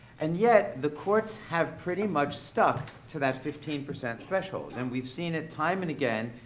and yet, the courts have pretty much stuck to that fifteen percent threshold and we've seen it time and again,